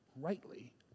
rightly